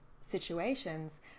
situations